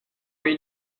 are